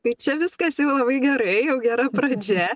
tai čia viskas labai gerai jau gera pradžia